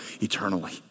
eternally